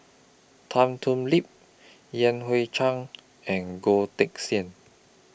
Tan Thoon Lip Yan Hui Chang and Goh Teck Sian